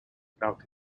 without